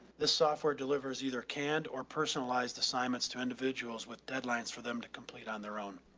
this software delivers either canned or personalized assignments to individuals with deadlines for them to complete on their own.